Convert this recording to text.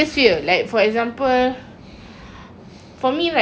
for me right my biggest fear will be if you cheating